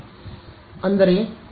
ಆದ್ದರಿಂದ 0